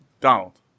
Donald